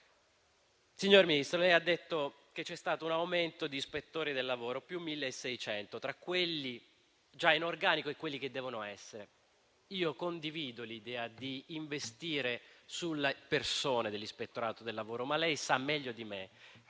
Signor Ministro, lei ha detto che c'è stato un aumento di ispettori del lavoro di oltre 1.600 unità, tra quelli già in organico e quelli che vi entreranno. Condivido l'idea di investire sulle persone dell'Ispettorato del lavoro, ma lei sa meglio di me